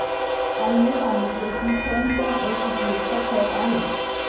आईने सांगितले की शेण पण एक उपयुक्त खत आहे